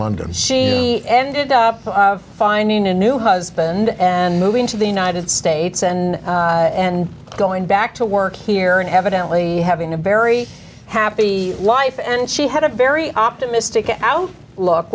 london she ended up finding a new husband and moving to the united states and and going back to work here and evidently having a very happy life and she had a very optimistic l